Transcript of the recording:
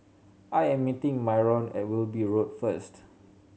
I am meeting Myron at Wilby Road first